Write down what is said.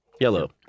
Yellow